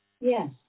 Yes